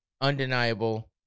undeniable